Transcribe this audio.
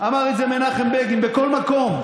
אמר את זה מנחם בגין בכל מקום,